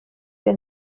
will